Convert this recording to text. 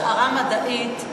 אבל צריך לדייק, שהשערה מדעית,